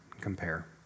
compare